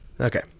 Okay